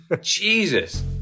Jesus